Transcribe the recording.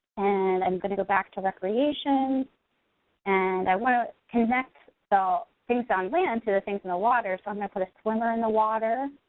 and i'm gonna go back to recreation and i wanna connect so things on land to the things in the water, so i'm gonna put a swimmer in the water,